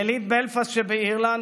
יליד בלפסט שבאירלנד,